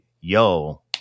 yo